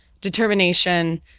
determination